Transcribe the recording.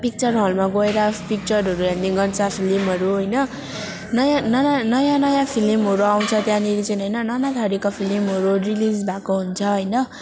picture हलमा गएर पिक्चरहरू हेर्नेगर्छ फिल्महरू होइन नयाँ न न नयाँ नयाँ फिल्महरू आउँछ त्यहाँनिर चाहिँ होइन नाना थरीको फिल्महरू रिलिज भएको हुन्छ होइन